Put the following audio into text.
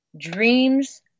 Dreams